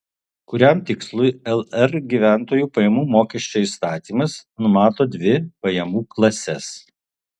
kuriam tikslui lr gyventojų pajamų mokesčio įstatymas numato dvi pajamų klases